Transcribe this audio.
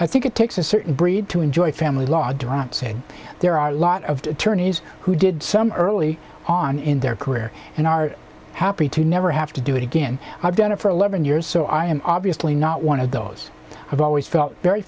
i think it takes a certain breed to enjoy family law drop saying there are a lot of attorneys who did some early on in their career and are happy to never have to do it again i've done it for eleven years so i am obviously not one of those i've always felt very